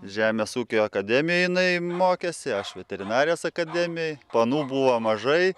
žemės ūkio akademijoj jinai mokėsi aš veterinarijos akademijoj panų buvo mažai